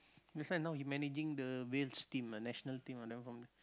that's why now he managing the Wales team ah national team ah